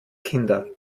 kinder